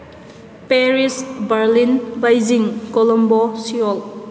Paris Berlin Beijing Colombo Seoul